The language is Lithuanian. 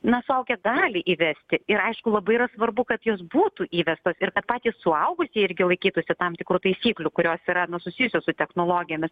na suaugę gali įvesti ir aišku labai yra svarbu kad jos būtų įvestos ir kad patys suaugusieji irgi laikytųsi tam tikrų taisyklių kurios yra susijusios su technologijomis